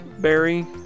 berry